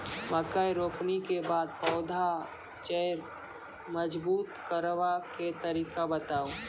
मकय रोपनी के बाद पौधाक जैर मजबूत करबा के तरीका बताऊ?